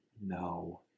no